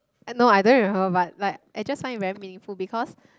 no I don't remember but like I just find it very meaningful because